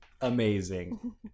amazing